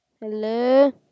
Hello